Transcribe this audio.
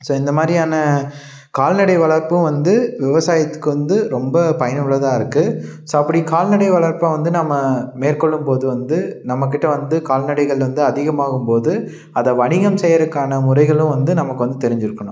so இந்தமாதிரியான கால்நடை வளர்ப்பும் வந்து விவசாயத்துக்கு வந்து ரொம்ப பயனுள்ளதாக இருக்குது ஸோ அப்படி கால்நடை வளர்ப்ப வந்து நாம மேற்கொள்ளும்போது வந்து நம்மகிட்ட வந்து கால்நடைகள் வந்து அதிகமாகும்போது அதை வணிகம் செய்கிறக்கான முறைகளும் வந்து நமக்கு வந்து தெரிஞ்சுருக்கணும்